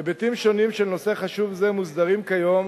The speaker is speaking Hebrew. היבטים שונים של נושא חשוב זה מוסדרים כיום